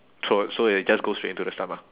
throat so they just go straight into the stomach